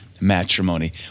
matrimony